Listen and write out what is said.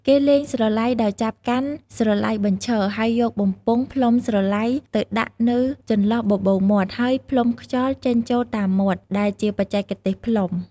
គេលេងស្រឡៃដោយចាប់កាន់ស្រឡៃបញ្ឈរ ហើយយកបំពង់ផ្លុំស្រឡៃទៅដាក់នៅចន្លោះបបូរមាត់ ហើយផ្លុំខ្យល់ចេញចូលតាមមាត់ ដែលជាបច្ចេកទេសផ្លុំ។